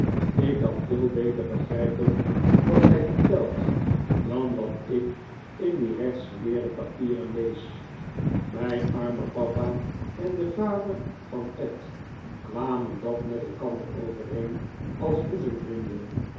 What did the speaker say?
ik kan veel beter begrypen wat gij vertelt dan wat ik in die rechtsgeleerde papieren lees mijn arme papa en de vader van ed kwamen dat met elkander overeen als boezemvrienden